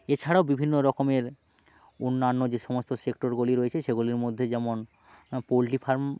এছাড়াও বিভিন রকমের অন্যান্য যে সমস্ত সেক্টরগুলি রয়েছে সেগুলির মধ্যে যেমন পোল্ট্রি ফার্ম